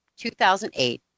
2008